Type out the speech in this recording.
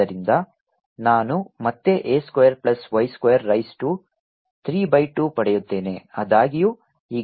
ಆದ್ದರಿಂದ ನಾನು ಮತ್ತೆ a square plus y square raise to 3 by 2 ಪಡೆಯುತ್ತೇನೆ